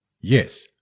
Yes